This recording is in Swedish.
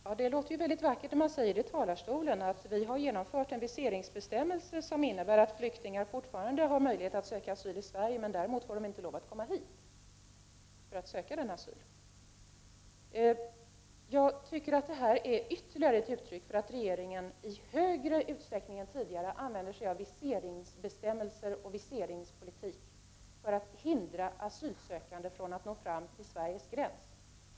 Herr talman! Det låter väldigt vackert när man säger från talarstolen att vi har genomfört en viseringsbestämmelse, som innebär att flyktingar fortfarande har möjlighet att söka asyl i Sverige, men att de däremot inte får lov att komma hit för att söka denna asyl. Jag tycker att detta är ytterligare ett uttryck för att regeringen i större utsträckning än tidigare använder sig av viseringsbestämmelsen och viseringspolitiken för att hindra asylsökande från att nå fram till Sveriges gräns.